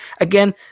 Again